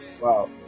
wow